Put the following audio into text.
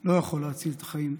לא יכול להציל את החיים.